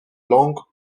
langues